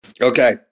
Okay